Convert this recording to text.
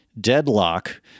deadlock